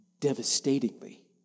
devastatingly